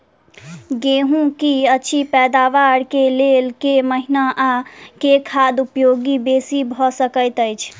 गेंहूँ की अछि पैदावार केँ लेल केँ महीना आ केँ खाद उपयोगी बेसी भऽ सकैत अछि?